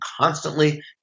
constantly